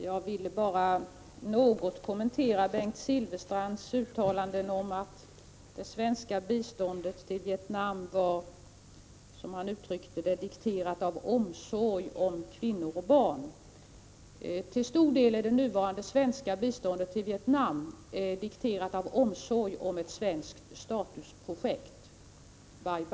Herr talman! Jag vill något kommentera Bengt Silfverstrands uttalande att det svenska biståndet till Vietnam var dikterat av omsorg om kvinnor och barn. Till stor del är det nuvarande svenska biståndet till Vietnam dikterat av omsorg om ett svenskt statusprojekt, Bai Bang.